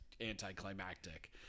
Anticlimactic